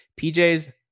PJs